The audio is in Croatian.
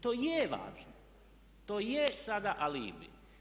To je važno, to je sada alibi.